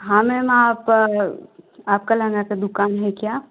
हाँ मैम आप आप का लहँगा का दुकान है क्या